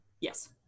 yes